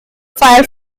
fire